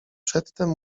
przedtem